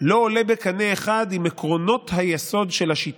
לא עולה בקנה אחד עם עקרונות היסוד של השיטה.